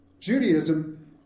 judaism